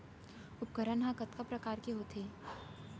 उपकरण हा कतका प्रकार के होथे?